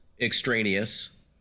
extraneous